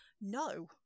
no